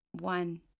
One